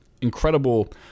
incredible